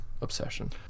obsession